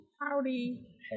howdy